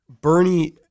Bernie